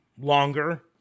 longer